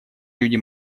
люди